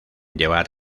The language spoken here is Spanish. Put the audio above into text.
llevar